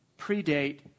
predate